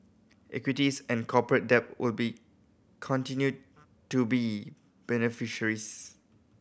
equities and corporate debt will continue to be beneficiaries